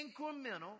incremental